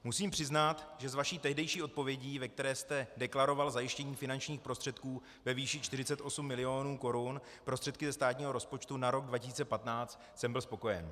Musím přiznat, že z vaší tehdejší odpovědi, ve které jste deklaroval zajištění finančních prostředků ve výši 48 milionů korun, prostředky ze státního rozpočtu na rok 2015, jsem byl spokojen.